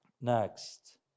next